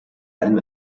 allem